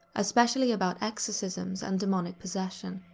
especially about exorcisms and demonic possession.